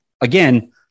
Again